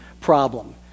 problem